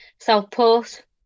Southport